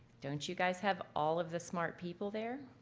don't you guys have all of the smart people there?